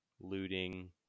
looting